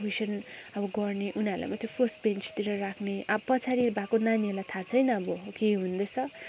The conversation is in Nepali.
कोइसन अब गर्ने उनीहरूलाई मात्रै फर्स्ट बेन्चतिर राख्ने अब पछाडि भएको नानीहरूलाई थाह छैन अब के हुँदैछ